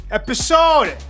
episode